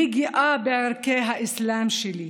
אני גאה בערכי האסלאם שלי.